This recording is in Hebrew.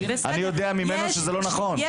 אני יודע ממנו שזה לא נכון,